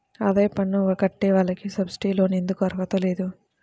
ఆదాయ పన్ను కట్టే వాళ్లకు సబ్సిడీ లోన్ ఎందుకు అర్హత లేదు?